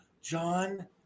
John